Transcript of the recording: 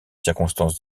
circonstances